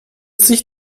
sich